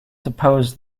suppose